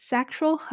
Sexual